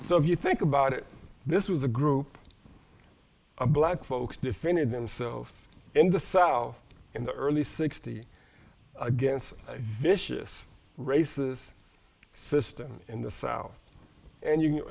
if you think about it this was a group black folks defended themselves in the cell in the early sixty's against vicious races system in the south and you